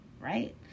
right